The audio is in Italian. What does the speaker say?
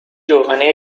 giovane